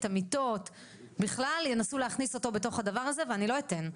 המיטות בכלל וינסו להכניס אותו בתוך הדבר הזה ואני לא אתן,